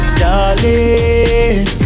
darling